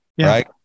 right